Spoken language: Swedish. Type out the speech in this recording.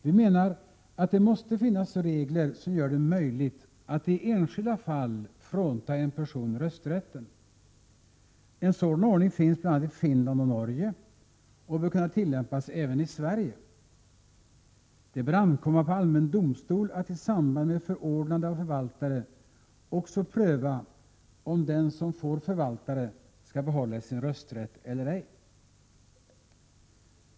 Vi menar att det måste finnas regler som gör det möjligt att i enskilda fall frånta en person rösträtten. En sådan ordning finns bl.a. i Finland och Norge och bör kunna tillämpas även i Sverige. Det bör ankomma på allmän domstol att i samband med förordnande av förvaltare också pröva om den som får förvaltare skall behålla sin rösträtt eller ej.